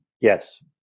Yes